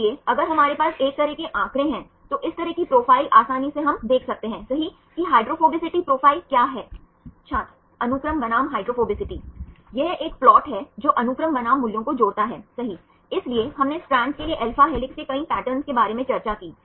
इसलिए वे alpha helices डालते हैं और दूसरा एक बीटा स्ट्रैंड होता है सही और कुछ स्ट्रैंड्स वे मिलकर शीट बनाते हैं